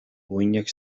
uhinak